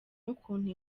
n’ukuntu